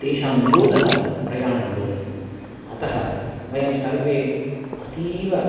तेषां निरोदः अभवत् प्रयाणनिरोदम् अतः वयं सर्वे अतीव